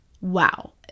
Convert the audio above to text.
wow